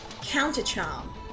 counter-charm